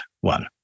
one